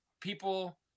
people